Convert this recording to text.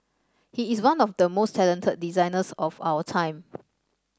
he is one of the most talented designers of our time